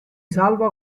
salva